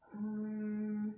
um